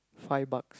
five bucks